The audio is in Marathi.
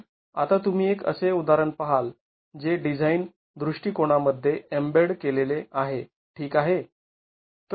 तर आता तुम्ही एक असे उदाहरण पहाल जे डिझाईन दृष्टिकोनामध्ये एम्बेड केलेले आहे ठीक आहे